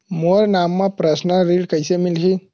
मोर नाम म परसनल ऋण कइसे मिलही?